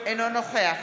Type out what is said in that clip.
אינו נוכח